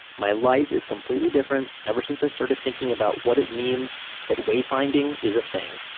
my life is completely different ever since i started thinking about what it means that wayfinding is a thing.